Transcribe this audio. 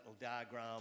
diagram